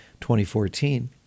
2014